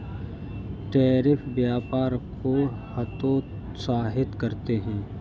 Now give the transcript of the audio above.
tariff व्यापार को हतोत्साहित करते हैं